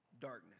darkness